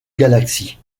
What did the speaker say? galaxies